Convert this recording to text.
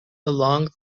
along